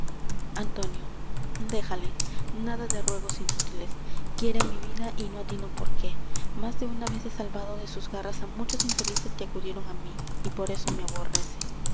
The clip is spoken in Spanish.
antonio déjale nada de ruegos inútiles quiere mi vida y no atino por qué más de una vez he salvado de sus garras á muchos infelices que acudieron á mí y por eso me aborrece